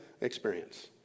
experience